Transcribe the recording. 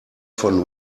von